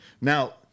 now